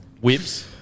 whips